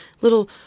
little